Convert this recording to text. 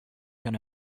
going